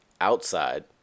outside